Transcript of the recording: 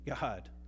God